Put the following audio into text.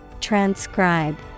Transcribe